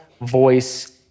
voice